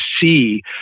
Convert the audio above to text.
see